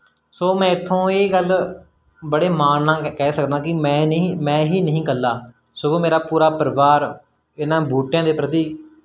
ਸੋ ਮੈਂ ਇੱਥੋਂ ਇਹ ਗੱਲ ਬੜੇ ਮਾਣ ਨਾਲ ਕ ਕਹਿ ਸਕਦਾ ਕਿ ਮੈਂ ਨਹੀਂ ਮੈਂ ਹੀ ਨਹੀਂ ਇਕੱਲਾ ਸਗੋਂ ਮੇਰਾ ਪੂਰਾ ਪਰਿਵਾਰ ਇਹਨਾਂ ਬੂਟਿਆਂ ਦੇ ਪ੍ਰਤੀ